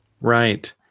Right